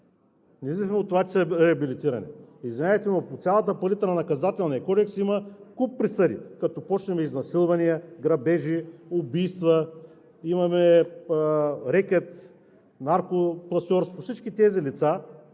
независимо от това че са реабилитирани. Извинявайте, но по цялата палитра на Наказателния кодекс има куп присъди, като започнем изнасилвания, грабежи, убийства, имаме рекет, наркопласьорство. Всички тези лица,